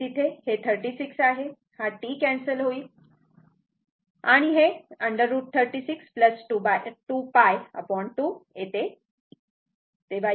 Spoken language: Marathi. आणि तिथे 36 आहे हा T कॅन्सल होईल आणि हे √36 2π 2 येते